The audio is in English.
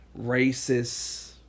racist